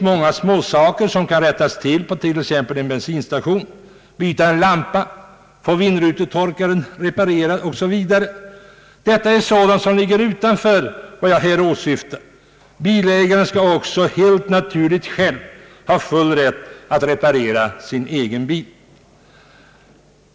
Många småsaker kan klaras på t.ex. en bensinstation — byte av lampa, reparation av vindrutetorkare osv. — och sådant ligger utanför vad jag här åsyftar. Bilägaren skall också helt naturligt själv ha full rätt att reparera sin egen bil.